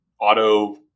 auto